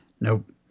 Nope